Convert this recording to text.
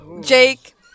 Jake